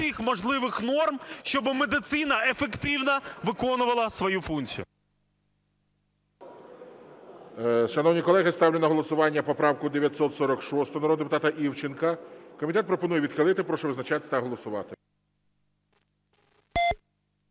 можливих норм, щоб медицина ефективно виконувала свою функцію.